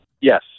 Yes